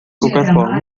forma